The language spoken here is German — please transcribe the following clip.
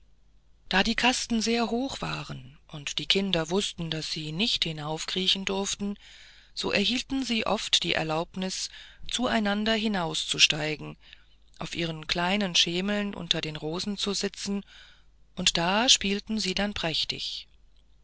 da die kasten sehr hoch waren und die kinder wußten daß sie nicht hinaufkriechen durften so erhielten sie oft die erlaubnis zu einander hinauszusteigen auf ihren kleinen schemeln unter den rosen zu sitzen und da spielten sie dann prächtig